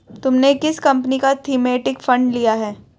तुमने किस कंपनी का थीमेटिक फंड लिया है?